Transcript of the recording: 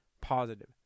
positive